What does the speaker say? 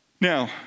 Now